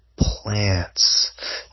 plants